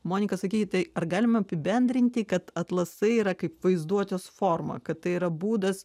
monika sakei tai ar galim apibendrinti kad atlasai yra kaip vaizduotės forma kad tai yra būdas